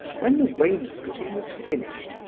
when the wainscoting was finished,